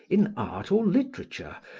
in art or literature,